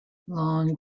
long